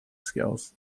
skills